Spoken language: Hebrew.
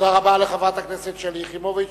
תודה רבה לחברת הכנסת שלי יחימוביץ.